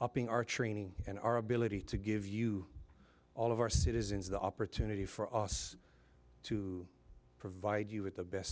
upping our training and our ability to give you all of our citizens the opportunity for us to provide